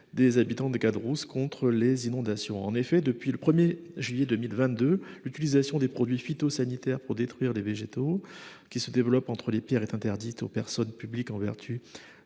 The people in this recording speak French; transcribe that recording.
des herbes et arbustes dans les joints. En effet, depuis le 1 juillet 2022, l'utilisation des produits phytosanitaires pour détruire les végétaux qui se développent entre les pierres est interdite aux personnes publiques, et